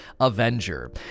Avenger